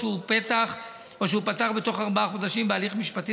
או שהוא פתח בתוך ארבעה חודשים בהליך משפטי